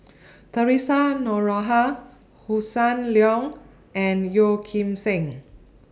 Theresa Noronha Hossan Leong and Yeoh Ghim Seng